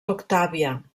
octàvia